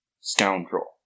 scoundrel